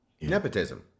Nepotism